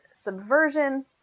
subversion